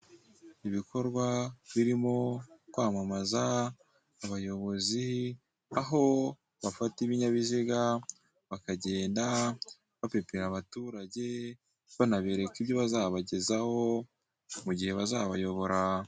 Ibikorwa birimo kwamamaza abayobozi, aho bafata ibinyabiziga bakagenda bapepera abaturage, banabereka ibyo bazabagezaho, mu gihe bazabayobora.